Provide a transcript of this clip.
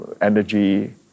energy